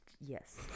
yes